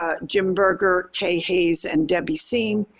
ah jim berger, kaye hayes, and debbie seem.